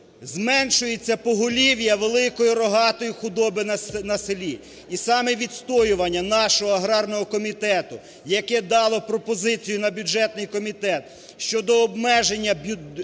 зменшується поголів'я великої рогатої худоби на селі? І саме відстоювання нашого аграрного комітету, яке дало пропозицію на бюджетний комітет щодо обмеження бюджетної